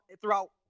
throughout